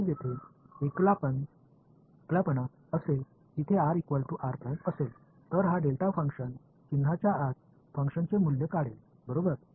तर जेथे जेथे एकलपणा असेल तिथे r r असेल तर हा डेल्टा फंक्शन चिन्हाच्या आत फंक्शनचे मूल्य काढेल बरोबर